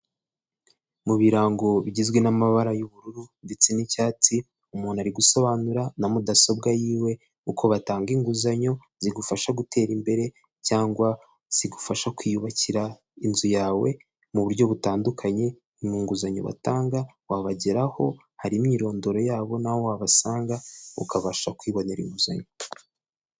Mu birango bigizwe n'amabara y'ubururu ndetse n'icyatsi, umuntu ari gusobanura na mudasobwa yiwe uko batanga inguzanyo zigufasha gutera imbere, cyangwa zigufasha kwiyubakira inzu yawe mu buryo butandukanye mu nguzanyo batanga, wabageraho hari imyirondoro yabo, n'aho wabasanga ukabasha kwibonera inguzanyo.